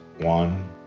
one